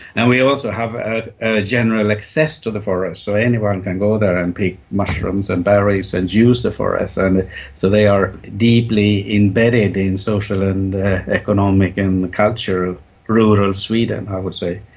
and we also have a ah general access to the forests, so anyone can go there and pick mushrooms and berries and use the forest, and so they are deeply embedded in social and economic and the culture of rural sweden i would say.